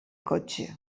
cotxe